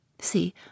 See